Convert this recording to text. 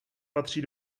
patří